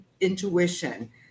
Intuition